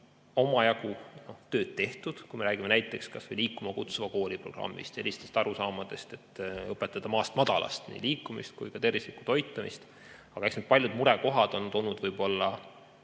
omajagu tööd tehtud, kui me räägime näiteks kas või Liikuma Kutsuva Kooli programmist ja sellistest arusaamadest, et tuleb õpetada maast madalast nii liikumist kui ka tervislikku toitumist. Aga eks paljud murekohad on tulnud võib-olla